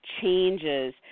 changes